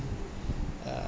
uh